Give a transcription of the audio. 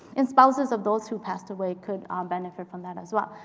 and spouses of those who passed away could um benefit from that as well.